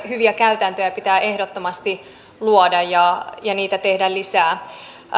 hyviä käytäntöjä pitää ehdottomasti luoda ja ja tehdä lisää